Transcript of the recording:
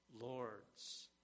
lords